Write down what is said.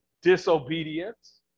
disobedience